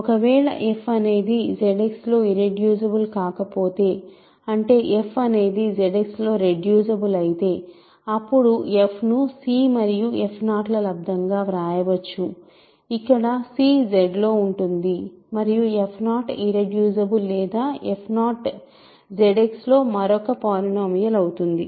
ఒకవేళ f అనేది ZX లో ఇర్రెడ్యూసిబుల్ కాకపోతే అంటే f అనేది ZX లో రెడ్యూసిబుల్ అయితే అప్పుడు f ను c మరియు f0 ల లబ్దం గా వ్రాయవచ్చు ఇక్కడ c Z లో ఉంటుంది మరియు f0ఇర్రెడ్యూసిబుల్ లేదా f0 ZX లో మరొక పాలినోమియల్ అవుతుంది